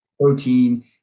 protein